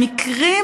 מהמקרים,